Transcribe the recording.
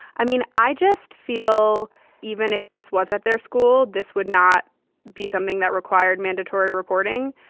i mean, i just feel even if this was at their school, this would not be something that required mandatory reporting.